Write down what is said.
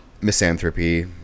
misanthropy